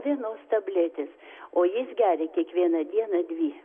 vienos tabletės o jis geria kiekvieną dieną dvi